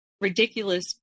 ridiculous